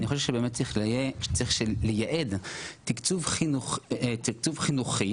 אני חושב שצריך לייעד תקצוב חינוכי